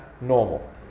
normal